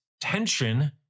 tension